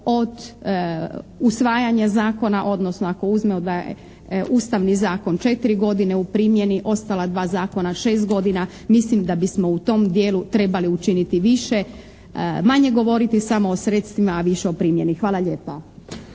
od usvajanja zakona odnosno ako uzmemo da je Ustavni zakon četiri godine u primjeni, ostala dva zakona šest godina mislim da bismo u tom dijelu trebali učiniti više, manje govoriti samo o sredstvima a više o primjeni. Hvala lijepa.